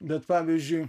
bet pavyzdžiui